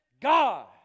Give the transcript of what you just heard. God